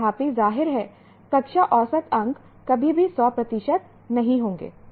तथापि जाहिर है कक्षा औसत अंक कभी भी 100 प्रतिशत नहीं होंगे